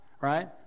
right